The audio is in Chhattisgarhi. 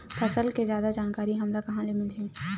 फसल के जादा जानकारी हमला कहां ले मिलही?